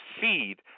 seed